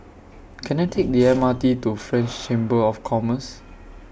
Can I Take The M R T to French Chamber of Commerce